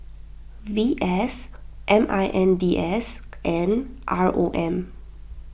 V S M I N D S and R O M